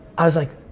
i was like,